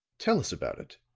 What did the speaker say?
tell us about it,